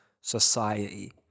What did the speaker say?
society